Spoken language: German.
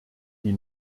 die